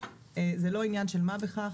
זה לא עניין של מה בכך,